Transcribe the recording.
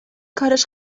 کارش